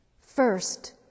First